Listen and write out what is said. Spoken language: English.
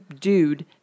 dude